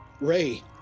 Ray